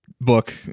book